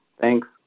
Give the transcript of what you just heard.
Thanks